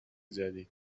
جدید